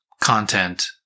content